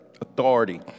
authority